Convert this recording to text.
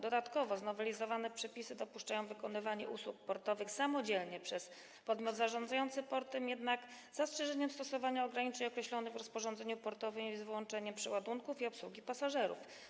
Dodatkowo znowelizowane przepisy dopuszczają wykonywanie usług portowych samodzielnie przez podmiot zarządzający portem, jednak z zastrzeżeniem stosowania ograniczeń określonych w rozporządzeniu portowym oraz z wyłączeniem przeładunków i obsługi pasażerów.